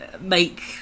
make